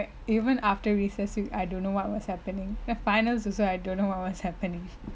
even after recess week I don't know what was happening the finals I don't know what was happening